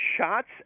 shots